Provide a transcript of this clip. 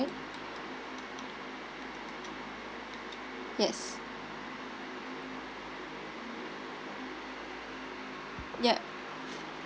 yes ya